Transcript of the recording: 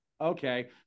Okay